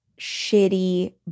shitty